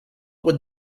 would